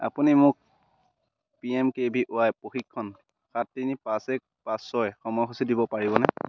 আপুনি মোক P M K V Y প্ৰশিক্ষণ সাত তিনি পাঁচ এক পাঁচ ছয়ৰ সময়সূচী দিব পাৰিবনে